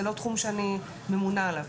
זה לא תחום שאני ממונה עליו.